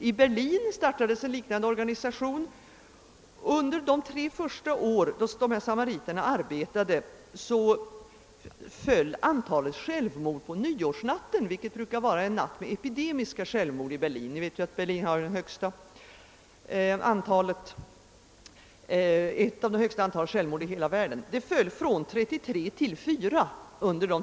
I Västberlin har också startats en liknande organisation, och under de tre första åren av dessa samariters verksamhet föll antalet självmord på nyårsnatten, som brukar vara en natt med epidemiska självmord — Västberlin har som bekant en av de högsta självmordsfrekvenserna i hela världen — från 33 till 4.